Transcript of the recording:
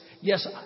yes